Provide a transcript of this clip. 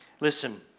Listen